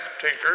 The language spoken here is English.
Tinker